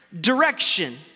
direction